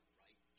right